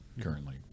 currently